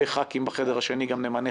מיקי יצא כדי שאני אדבר ואצא.